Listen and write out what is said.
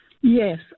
Yes